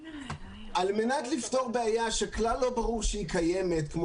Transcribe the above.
על מנת לפתור בעיה שכלל לא ברור שהיא קיימת כמו